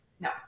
no